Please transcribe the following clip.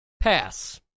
Pass